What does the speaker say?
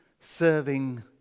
serving